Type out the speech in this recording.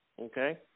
okay